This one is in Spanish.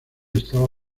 estaba